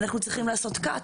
אנחנו צריכים לעשות cut,